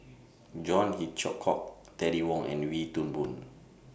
John Hitchcock Terry Wong and Wee Toon Boon